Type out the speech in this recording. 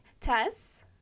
tess